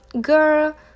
girl